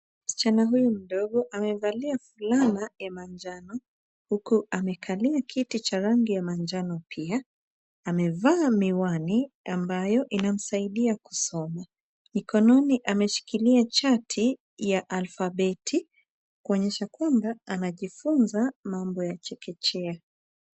Msichana huyu mdogo amevalia fulana ya manjano, huku amekalia kiti cha rangi ya manjano pia. Amevaa miwani, ambayo inamsaidia kusoma. Mikononi ameshikilia chati, ya alphabeti kuonyesha kwamba, anajifunza mambo ya chekechea.